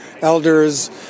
elders